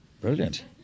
Brilliant